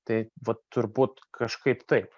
tai vat turbūt kažkaip taip